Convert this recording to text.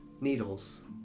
needles